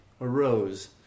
arose